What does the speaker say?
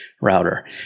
router